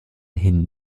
hin